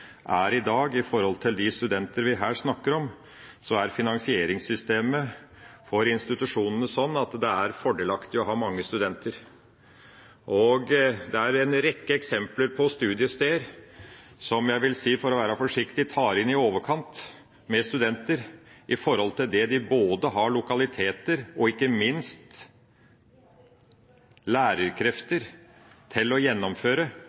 er i dag når det gjelder de studentene vi her snakker om, er det fordelaktig å ha mange studenter. Det er en rekke eksempler på studiesteder som jeg vil si – for å være forsiktig – tar inn i overkant med studenter i forhold til både det de har av lokaliteter og ikke minst av lærerkrefter for å gjennomføre